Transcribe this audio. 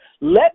let